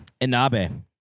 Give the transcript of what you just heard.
Inabe